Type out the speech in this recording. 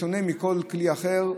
בשונה מכל כלי אחר,